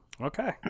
Okay